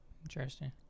Interesting